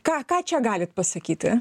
ką ką čia galit pasakyti